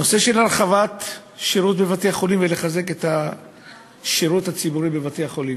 הנושא של הרחבת השירות בבתי-חולים וחיזוק השירות הציבורי בבתי-החולים.